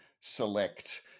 select